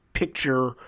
picture